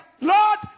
Lord